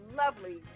lovely